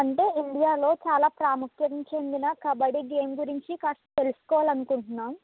అంటే ఇండియాలో చాలా ప్రాముఖ్యం చెందిన కబడ్డీ గేమ్ గురించి కాస్త తెలుసుకోవాలని అనుకుంటున్నాము